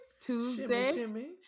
Tuesday